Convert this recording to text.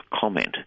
comment